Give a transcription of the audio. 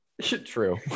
True